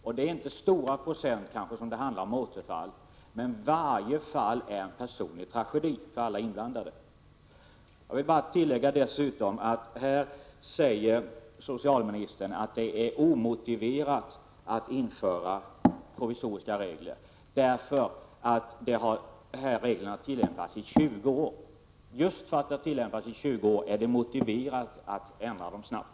Det kanske inte handlar om en särskilt stor procentuell andel återfall, men varje fall är en personlig tragedi för alla inblandade. Socialministern säger att det är omotiverat att införa provisoriska regler därför att reglerna på det här området har tillämpats i 20 år. Men just därför att reglerna har tillämpats i 20 år är det motiverat att ändra dem snarast.